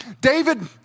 David